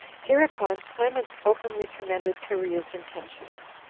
hereupon clement openly commended cherea's intentions,